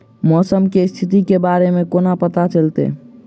मौसम केँ स्थिति केँ बारे मे कोना पत्ता चलितै?